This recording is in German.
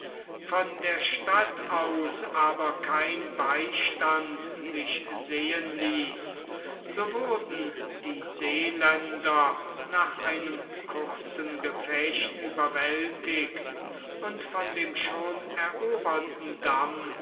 von der stadt aus aber kein beistand sich sehen ließ so wurden die seeländer nach einem kurzen gefecht überwältigt und von dem schon eroberten damm